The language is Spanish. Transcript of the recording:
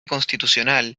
constitucional